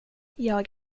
jag